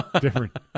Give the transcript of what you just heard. Different